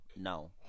now